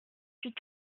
huit